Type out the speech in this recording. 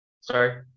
sorry